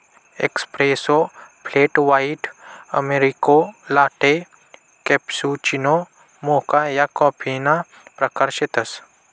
espresso, flat white, americano, latte, cappuccino, mocha या कॉफीना प्रकार शेतसं